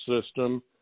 System